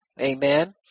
Amen